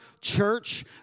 church